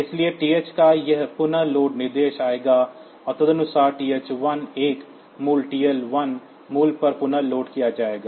इसलिए TH या यह पुनः लोड निर्देश आएगा और तदनुसार TH1 1 मूल्य TL 1 मूल्य पर पुनः लोड किया जाएगा